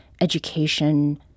Education